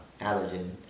Allergen